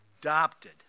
adopted